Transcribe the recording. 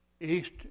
East